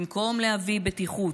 במקום להביא ביטחון,